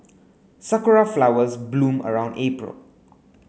sakura flowers bloom around April